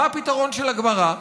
מה הפתרון של הגמרא?